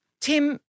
Tim